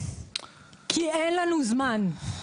כי אין לנו זמן.